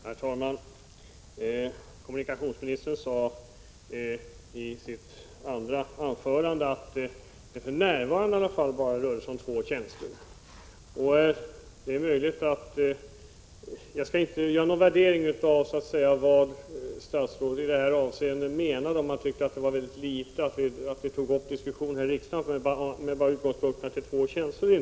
Herr talman! Kommunikationsministern sade i sitt andra anförande att det för närvarande i alla fall rör sig om bara två tjänster. Jag skall inte här ta upp om statsrådet menade att det var ett väl litet antal för att ta upp en diskussion här i kammaren.